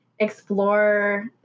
explore